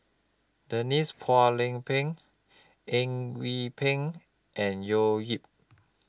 Denise Phua Lay Peng Eng Yee Peng and Leo Yip